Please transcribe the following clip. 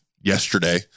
yesterday